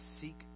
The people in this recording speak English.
seek